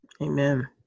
Amen